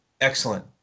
Excellent